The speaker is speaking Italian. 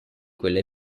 quelle